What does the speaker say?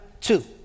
two